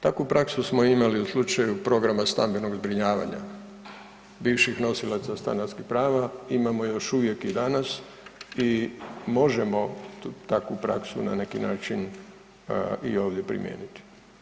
Takvu praksu smo imali u slučaju programa stambenog zbrinjavanja, bivših nosilaca stanarskih prava, imamo još uvijek i danas i možemo takvu praksu na neki način i ovdje primijeniti.